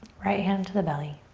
right hand to the belly.